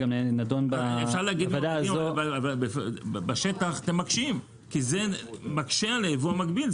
אבל בשטח אתם מקשים כי זה מקשה על הייבוא המקביל,